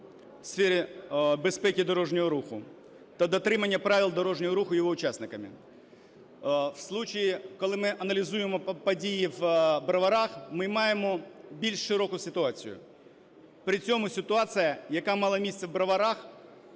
в сфері безпеки дорожнього руху та дотримання правил дорожнього руху його учасниками. В случае, коли ми аналізуємо події в Броварах, ми маємо більш широку ситуацію. При цьому ситуація, яка мала місце в Броварах,